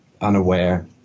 unaware